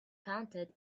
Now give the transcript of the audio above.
counted